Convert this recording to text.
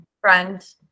friend